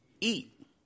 Eat